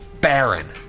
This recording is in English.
Baron